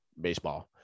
baseball